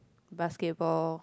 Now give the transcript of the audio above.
basketball